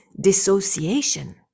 dissociation